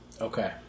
Okay